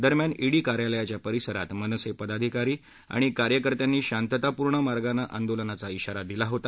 दरम्यान ईडी कार्यालयाच्या परिसरात मनसे पदाधिकारी आणि कार्यकर्त्यांनी शांततापूर्ण मार्गानं आंदोलनाचा इशारा दिला होता